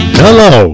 hello